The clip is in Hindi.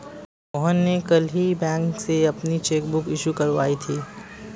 मोहन ने कल ही बैंक से अपनी चैक बुक इश्यू करवाई थी